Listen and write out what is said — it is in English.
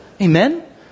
Amen